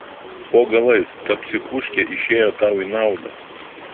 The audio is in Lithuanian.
po galais ta psichuškė išėjo tau į naudą